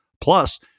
plus